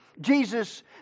Jesus